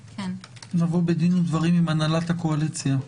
אנחנו נבוא בדין ודברים עם הנהלת הקואליציה.